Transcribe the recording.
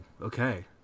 okay